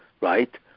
right